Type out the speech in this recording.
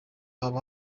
haba